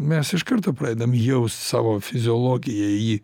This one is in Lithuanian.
mes iš karto pradedam jaust savo fiziologiją į jį